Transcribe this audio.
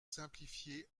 simplifiez